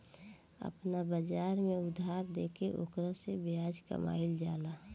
आपना बाजार में उधार देके ओकरा से ब्याज कामईल जाला